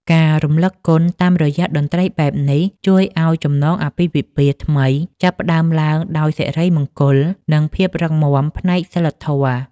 ការរំលឹកគុណតាមរយៈតន្ត្រីបែបនេះ ជួយឱ្យចំណងអាពាហ៍ពិពាហ៍ថ្មីចាប់ផ្តើមឡើងដោយសិរីមង្គល និងភាពរឹងមាំផ្នែកសីលធម៌។